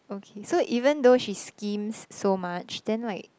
okay so even though she schemes so much then like